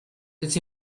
it’s